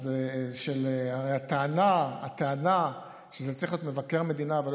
אז הטענה שזה צריך להיות מבקר המדינה ולא